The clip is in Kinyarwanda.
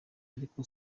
ariko